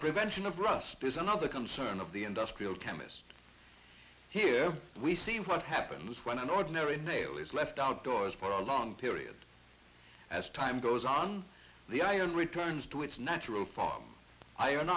prevention of rust is another concern of the industrial chemist here we see what happens when an ordinary nail is left outdoors for a long period as time goes on the iron returns to its natural form iron